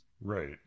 Right